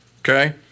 Okay